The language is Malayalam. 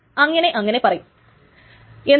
എഴുതുന്നതിനും വായിക്കുന്നതിനും മുൻപു തന്നെ